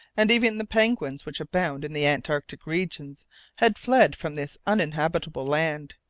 and even the penguins which abound in the antarctic regions had fled from this uninhabitable land.